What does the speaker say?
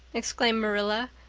exclaimed marilla.